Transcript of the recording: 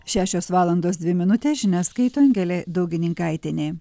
šešios valandos dvi minutės žinias skaito angelė daugininkaitienė